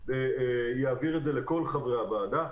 אני אעביר את זה לכל חברי הוועדה.